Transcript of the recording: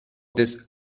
this